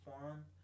forum